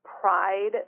pride